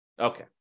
Okay